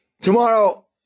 Tomorrow